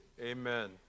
Amen